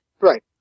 Right